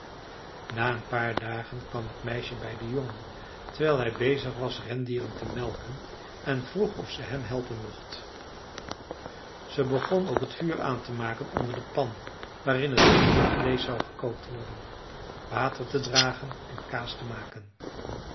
na een paar dagen kwam het meisje bij den jongen terwijl hij bezig was rendieren te melken en vroeg of ze hem helpen mocht ze begon ook t vuur aan te maken onder de pan waarin t rendiervleesch zou gekookt worden water te dragen en kaas te maken